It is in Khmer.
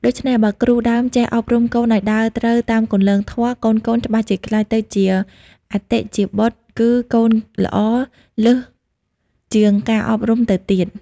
ដូច្នេះ បើគ្រូដើមចេះអប់រំកូនឲ្យដើរត្រូវតាមគន្លងធម៌ កូនៗច្បាស់ជាក្លាយទៅជា អតិជាតបុត្ត គឺកូនល្អលើសជាងការអប់រំទៅទៀត ។